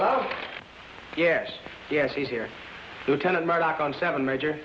oh yes yes he's here lieutenant murdoch on seven major